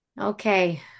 Okay